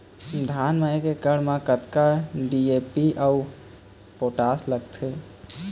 धान म एक एकड़ म कतका डी.ए.पी अऊ पोटास लगथे?